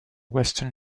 western